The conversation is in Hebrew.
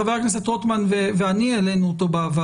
חבר הכנסת רוטמן ואני העלינו אותו בדבר.